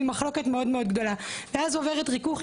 מחלוקת מאוד מאוד גדולה ואז עוברת ריכוך,